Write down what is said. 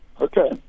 okay